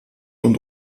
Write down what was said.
und